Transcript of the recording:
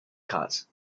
cut